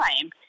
time